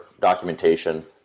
documentation